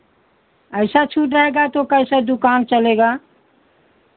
ऐसा छूट रहेगा तो कैसे दुकान चलेगा